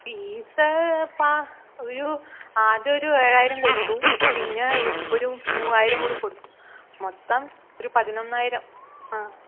fees ഉയ്യോ ആദ്യം ഒരു ഏഴായിരം കൊടുത്തു പിന്നെ ഇപ്പോഴൊരു മൂവ്വായിരം കൂടെ കൊടുത്തു മൊത്തം ഒരു പതിനൊന്നായിരം ആഹ്